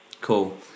Cool